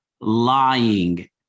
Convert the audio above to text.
lying